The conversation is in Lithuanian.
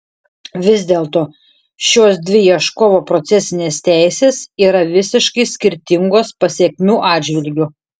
vis dėlto šios dvi ieškovo procesinės teisės yra visiškai skirtingos pasekmių atžvilgiu